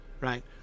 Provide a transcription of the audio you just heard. right